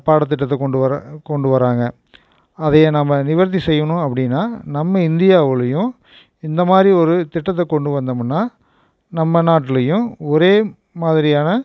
பாடத்திட்டத்தை கொண்டு வர கொண்டு வராங்க அதையே நாம் நிவர்த்தி செய்யணும் அப்படீன்னா நம்ம இந்தியாவிலையும் இந்த மாதிரி ஒரு திட்டத்தை கொண்டு வந்தோமுன்னா நம்ம நாட்டுலையும் ஒரே மாதிரியான